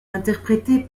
interprété